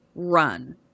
Run